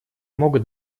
могут